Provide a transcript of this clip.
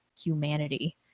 humanity